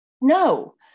No